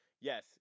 Yes